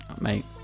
Mate